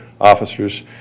officers